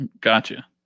Gotcha